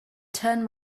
turn